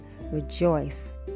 Rejoice